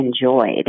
enjoyed